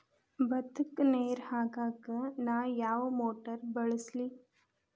ಭತ್ತಕ್ಕ ನೇರ ಹಾಕಾಕ್ ನಾ ಯಾವ್ ಮೋಟರ್ ಬಳಸ್ಲಿ?